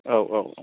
औ औ औ